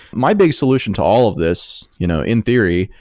my big solution to all of this you know in theory,